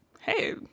hey